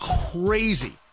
crazy